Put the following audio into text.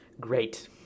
great